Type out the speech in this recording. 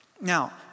Now